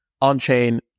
on-chain